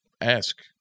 ask